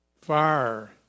fire